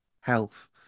health